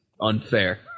unfair